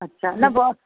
अछा न भौ